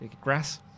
Grass